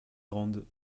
grandes